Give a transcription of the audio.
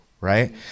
right